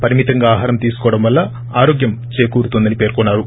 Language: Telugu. పరిమితంగా ఆహారం తీసుకోవడం వల్ల ఆరోగ్యం చేకూరుతుందని పేర్కొన్నారు